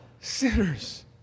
sinners